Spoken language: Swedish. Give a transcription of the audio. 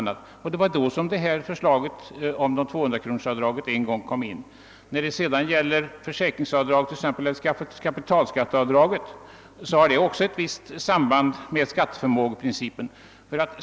Det var i detta sammanhang förslaget om 200-kronorsavdragen en gång kom till. Försäkringsavdraget och kapitalskatteavdraget har också ett visst samband med skatteförmågeprincipen.